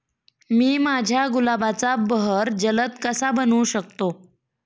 मी माझ्या गुलाबाचा बहर जलद कसा बनवू शकतो?